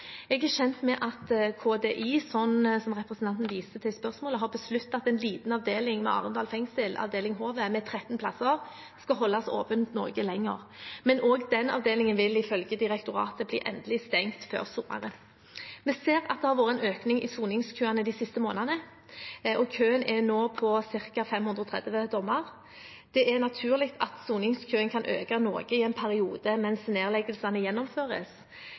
Jeg er kjent med at KDI har besluttet, som representanten viste til i spørsmålet, at en liten avdeling ved Arendal fengsel, avdeling Håvet, med 13 plasser, skal holdes åpen noe lenger, men også den avdelingen vil ifølge direktoratet bli endelig stengt før sommeren. Vi ser at det har vært en økning i soningskøene de siste månedene, og køen er nå på ca. 530 dommer. Det er naturlig at soningskøen kan øke noe i en periode mens nedleggelsene gjennomføres.